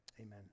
amen